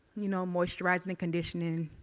you know, moisturizin' and conditionin',